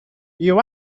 you